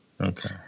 Okay